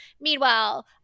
meanwhile